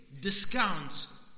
discounts